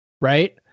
right